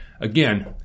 Again